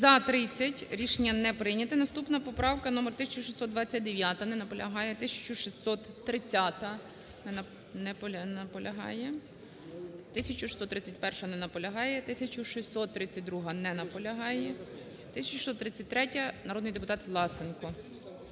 За-30 Рішення не прийняте. Наступна поправка номер 1629-а. Не наполягає. 1630-а. Не наполягає. 1631-а. Не наполягає. 1632-а. Не наполягає. 1633, народний депутат Власенко.